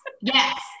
yes